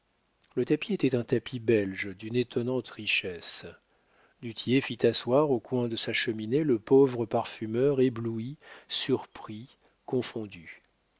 le tapis était un tapis belge d'une étonnante richesse du tillet fit asseoir au coin de sa cheminée le pauvre parfumeur ébloui surpris confondu